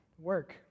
work